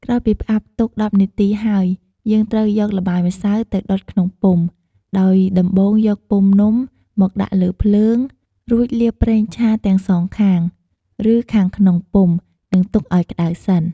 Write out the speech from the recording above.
ក្រោយពីផ្អាប់ទុក ១០នាទីហើយ យើងត្រូវយកល្បាយម្សៅទៅដុតក្នុងពុម្ព ដោយដំបូងយកពុម្ពនំ មកដាក់លើភ្លើង រួចលាប ប្រេងឆា ទាំងសងខាង ឬខាងក្នុងពុម្ព និងទុកឱ្យក្ដៅសិន។